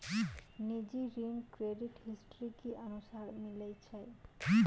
निजी ऋण credit history के अनुसार मिलै छै